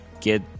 get